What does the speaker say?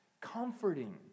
comforting